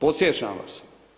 Podsjećam vas.